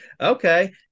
Okay